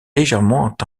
légèrement